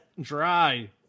dry